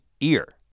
ear